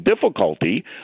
difficulty